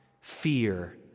fear